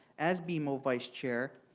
as bmo vice chair,